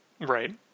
Right